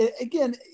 Again